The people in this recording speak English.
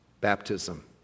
Baptism